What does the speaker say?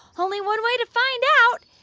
only one way to find out.